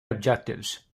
objectives